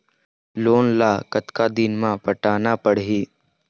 Loan ला कतका दिन मे पटाना पड़ही?